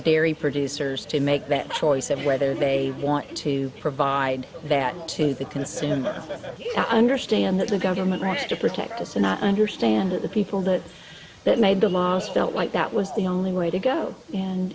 dairy producers to make that choice of whether they want to provide that to the consumer to understand that the government rushed to protect us and i understand that the people that that made the mosque felt like that was the only way to go and